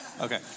Okay